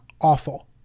awful